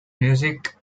music